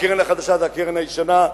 הקרן החדשה זו הקרן הישנה.